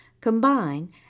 Combine